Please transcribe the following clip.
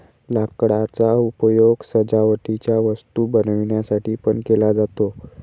लाकडाचा उपयोग सजावटीच्या वस्तू बनवण्यासाठी पण केला जातो